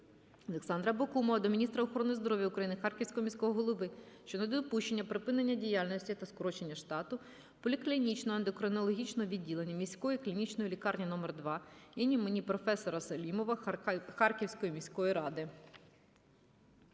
Олександра Бакумова до міністра охорони здоров'я України, Харківського міського голови щодо недопущення припинення діяльності та скорочення штату поліклінічного ендокринологічного відділення "Міської клінічної лікарні №2 імені професора Шалімова" Харківської міської ради.